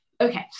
Okay